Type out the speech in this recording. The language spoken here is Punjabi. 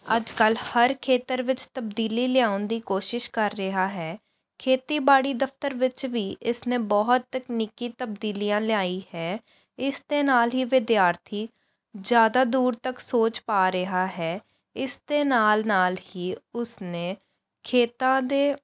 ਅੱਜ ਕੱਲ੍ਹ ਹਰ ਖੇਤਰ ਵਿੱਚ ਤਬਦੀਲੀ ਲਿਆਉਣ ਦੀ ਕੋਸ਼ਿਸ਼ ਕਰ ਰਿਹਾ ਹੈ ਖੇਤੀਬਾੜੀ ਦਫ਼ਤਰ ਵਿੱਚ ਵੀ ਇਸਨੇ ਬਹੁਤ ਤਕਨੀਕੀ ਤਬਦੀਲੀਆਂ ਲਿਆਈ ਹੈ ਇਸ ਦੇ ਨਾਲ ਹੀ ਵਿਦਿਆਰਥੀ ਜ਼ਿਆਦਾ ਦੂਰ ਤੱਕ ਸੋਚ ਪਾ ਰਿਹਾ ਹੈ ਇਸ ਦੇ ਨਾਲ ਨਾਲ ਹੀ ਉਸਨੇ ਖੇਤਾਂ ਦੇ